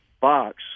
box